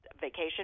vacation